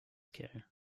care